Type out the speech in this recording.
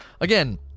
again